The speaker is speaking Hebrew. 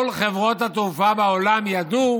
כל חברות התעופה בעולם ידעו